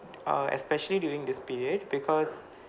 uh especially during this period because